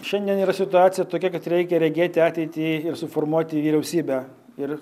šiandien yra situacija tokia kad reikia regėti ateitį ir suformuoti vyriausybę ir